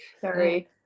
sorry